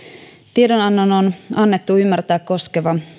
tiedonannon on annettu ymmärtää koskevan